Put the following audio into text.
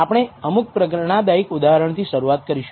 આપણે અમુક પ્રેરણાદાયક ઉદાહરણથી શરૂઆત કરીશું